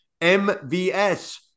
MVS